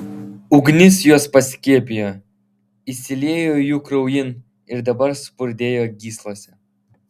ugnis juos paskiepijo įsiliejo jų kraujin ir dabar spurdėjo gyslose